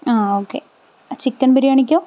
ആ okay chicken ബിരിയാണിക്കോ